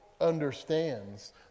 understands